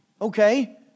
okay